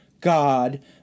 God